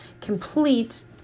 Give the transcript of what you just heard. complete